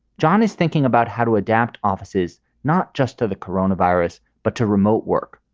john is thinking about how to adapt offices not just to the corona virus, but to remote work,